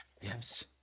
Yes